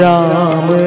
Ram